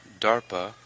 DARPA